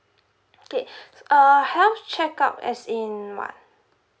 okay uh health check up as in what